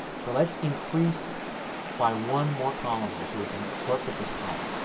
so let's increase by one more column here so we can work with this column.